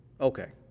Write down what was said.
okay